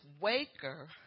waker